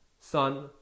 sun